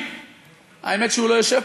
אבל לא יכול להיות,